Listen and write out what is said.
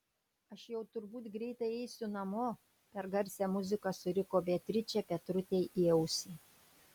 aš jau turbūt greitai eisiu namo per garsią muziką suriko beatričė petrutei į ausį